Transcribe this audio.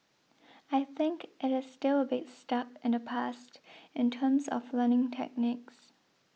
I think it is still a bit stuck in the past in terms of learning techniques